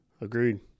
Agreed